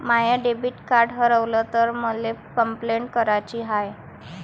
माय debit card हारवल तर मले कंपलेंट कराची हाय